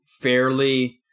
fairly